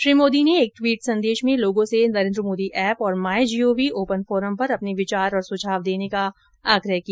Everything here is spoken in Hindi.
श्री मोदी ने एक टवीट संदेश में लोगों से नरेन्द्र मोदी ऐप और my G O V open forum पर अपने विचार और सुझाव देने का आग्रह किया